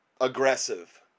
aggressive